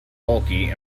bulky